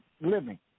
living